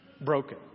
broken